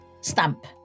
stamp